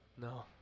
No